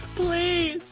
please.